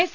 S